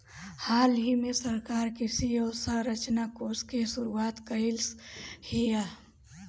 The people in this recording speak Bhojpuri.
हालही में सरकार कृषि अवसंरचना कोष के शुरुआत कइलस हियअ